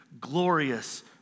glorious